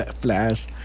Flash